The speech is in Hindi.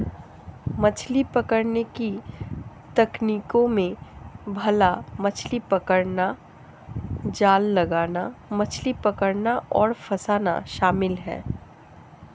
मछली पकड़ने की तकनीकों में भाला मछली पकड़ना, जाल लगाना, मछली पकड़ना और फँसाना शामिल है